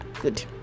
good